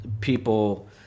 people